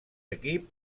equip